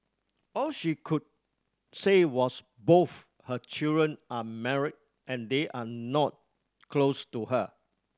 all she could say was both her children are married and they are not close to her